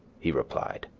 he replied,